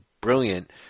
brilliant